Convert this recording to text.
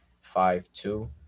five-two